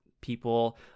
people